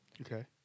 Okay